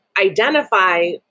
identify